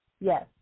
yes